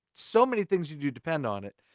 so many things you do depend on it.